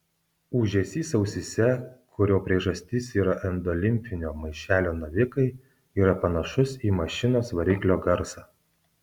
ūžesys ausyse kurio priežastis yra endolimfinio maišelio navikai yra panašus į mašinos variklio garsą